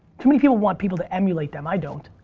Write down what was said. too many people want people to emulate them, i don't.